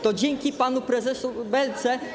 To dzięki panu prezesowi Belce.